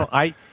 i